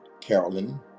carolyn